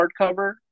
hardcover